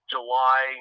July